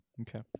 Okay